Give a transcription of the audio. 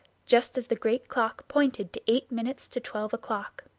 just as the great clock pointed to eight minutes to twelve o'clock.